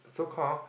so call